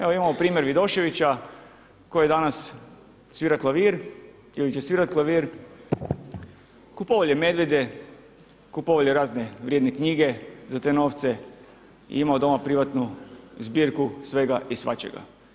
Evo imao primjer Vidoševića koji danas svira klavir ili će svirati klavir, kupovao je medvjede, kupovao je razne vrijedne knjige za te novce i imao doma privatnu zbirku svega i svačega.